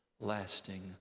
Lasting